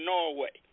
Norway